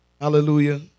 hallelujah